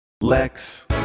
Lex